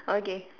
okay